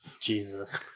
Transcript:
Jesus